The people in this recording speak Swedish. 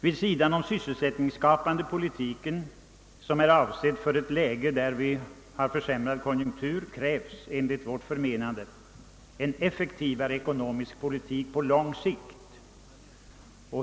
Vid sidan om den sysselsättningsskapande politiken, som är avsedd för ett läge där vi har försämrad konjunktur, krävs — enligt vårt förmenande — en effektivare ekonomisk politik på lång sikt.